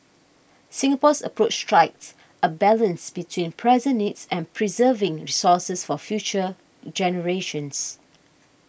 Singapore's approach strikes a balance between present needs and preserving resources for future generations